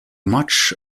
much